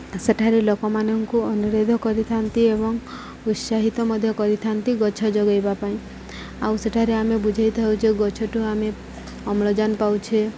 ସେଠାରେ ଲୋକମାନଙ୍କୁ ଅନୁରୋଧ କରିଥାନ୍ତି ଏବଂ ଉତ୍ସାହିତ ମଧ୍ୟ କରିଥାନ୍ତି ଗଛ ଯୋଗେଇବା ପାଇଁ ଆଉ ସେଠାରେ ଆମେ ବୁଝେଇଥାଉ ଯେ ଗଛଠୁ ଆମେ ଅମ୍ଳଜାନ ପାଉଛେ